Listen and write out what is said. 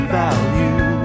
value